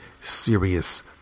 serious